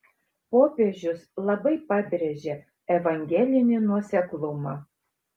popiežius labai pabrėžia evangelinį nuoseklumą